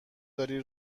داری